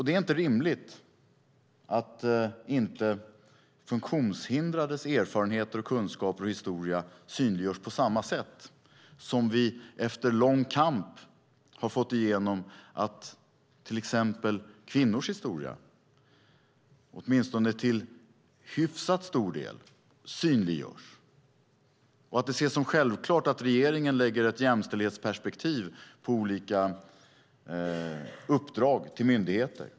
Det är inte rimligt att inte funktionshindrades erfarenheter, kunskaper och historia synliggörs på samma sätt som vi, efter lång kamp, har fått igenom att till exempel kvinnors historia i åtminstone hyfsat stor del synliggörs och det ses som självklart att regeringen lägger ett jämställdhetsperspektiv på olika uppdrag till myndigheter.